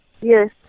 Yes